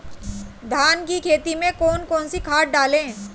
धान की खेती में कौन कौन सी खाद डालें?